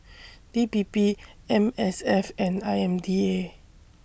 D P P M S F and I M D A